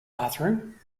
bathroom